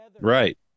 Right